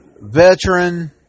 veteran